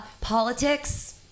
Politics